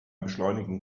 beschleunigen